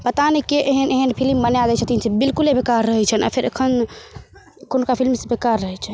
पता नहि के एहन एहन फिल्म बनाय दै छथिन से बिल्कुले बेकार रहै छनि आओर फेर एखन एखुनका फिल्म सब बेकार रहै छै